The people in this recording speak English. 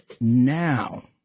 now